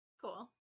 cool